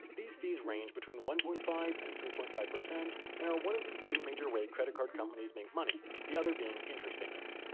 these fees range between one point five and three point five and are one of the two major ways credit card companies make money the other being interest payments.